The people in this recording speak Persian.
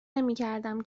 نمیکردم